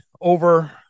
over